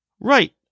right